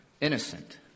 innocent